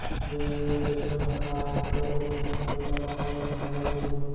जेन दिन ले टेक्टर हर आए हे तब ले किसानी बूता म बड़ सहोल्लत होगे हे